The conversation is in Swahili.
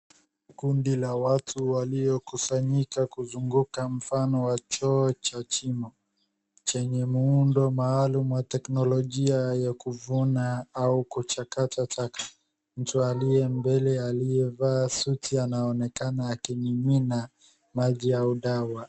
Kundi la watu waliokusanyika kuzunguka mfano wa choo cha chimo chenye muundo maalum wa teknolojia ya kuvuna au kuchakata taka. Mtu aliye mbele aliyevaa suti anaonekana akimimina maji au dawa.